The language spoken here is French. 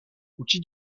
outils